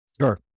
Sure